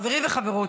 חברים וחברות,